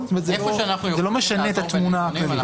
וזה לא משנה את התמונה הכללית.